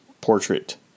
portrait